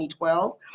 2012